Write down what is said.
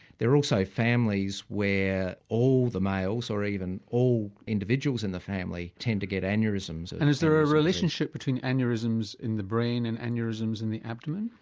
there are also families where all the males, or even all individuals in the family, tend to get aneurysms. and is there a relationship between aneurysms in the brain and aneurysms in the abdomen?